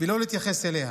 ולא להתייחס אליה.